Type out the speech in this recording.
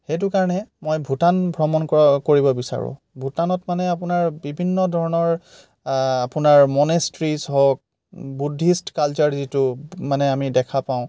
সেইটো কাৰণে মই ভূটান ভ্ৰমণ কৰ কৰিব বিচাৰোঁ ভূটানত মানে আপোনাৰ বিভিন্ন ধৰণৰ আপোনাৰ মনেষ্ট্ৰিজ হওক বুদ্ধিষ্ট কালচাৰ যিটো মানে আমি দেখা পাওঁ